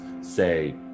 say